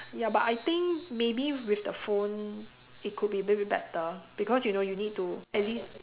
ya but I think maybe with the phone it could be a bit better because you know you need to at least